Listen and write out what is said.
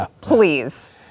Please